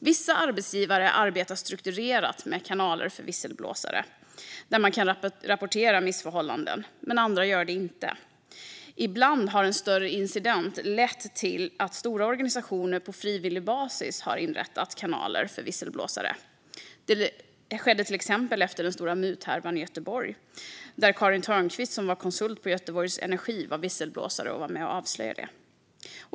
Vissa arbetsgivare arbetar strukturerat med kanaler för visselblåsare där man kan rapportera missförhållanden, andra gör det inte. Ibland har en större incident lett till att stora organisationer på frivillig basis inrättat kanaler för visselblåsare. Detta skedde till exempel efter den stora muthärvan i Göteborg, som Karin Törnqvist, då konsult på Göteborg Energi, var med och avslöjade som visselblåsare.